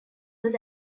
was